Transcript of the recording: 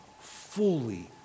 fully